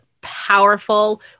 powerful